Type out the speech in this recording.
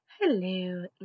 Hello